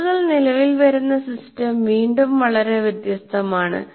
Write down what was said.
കോഴ്സുകൾ നിലവിൽ വരുന്ന സിസ്റ്റം വീണ്ടും വളരെ വ്യത്യസ്തമാണ്